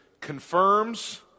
confirms